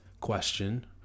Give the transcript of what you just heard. question